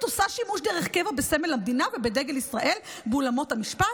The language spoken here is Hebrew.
עושה שימוש דרך קבע בסמל המדינה ובדגל ישראל באולמות המשפט.